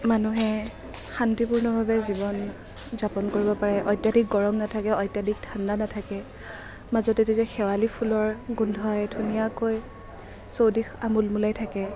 মানুহে শান্তিপূৰ্ণভাৱে জীৱন যাপন কৰিব পাৰে অত্যাধিক গৰম নাথাকে অত্যাধিক ঠাণ্ডা নাথাকে মাজতে যেতিয়া শেৱালী ফুলৰ গোন্ধই ধুনীয়াকৈ চৌদিশ আমোলমোলাই থাকে